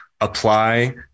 apply